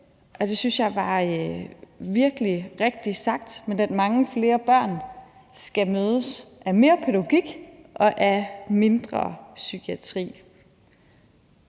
det synes jeg var virkelig rigtigt sagt – at mange flere børn skal mødes af mere pædagogik og af mindre psykiatri.